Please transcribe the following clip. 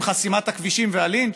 עם חסימת הכבישים והלינץ'?